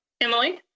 Emily